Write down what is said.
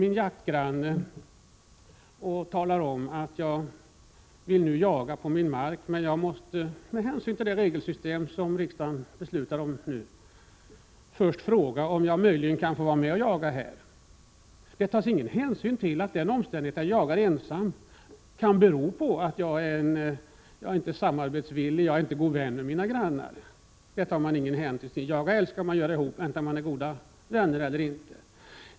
Om jag är en liten markägare och vill jaga på min mark, måste jag då med hänsyn till det regelsystem som riksdagen skall genomföra först gå till min jaktgranne och fråga om jag möjligen får bedriva denna jakt. Det tas ingen hänsyn till att jag kanske inte är god vän med mina grannar och inte vill samarbeta med dem, utan i stället vill jaga ensam. Jaga älg skall man göra tillsammans, oavsett om man är goda vänner eller inte.